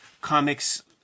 comics